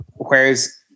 Whereas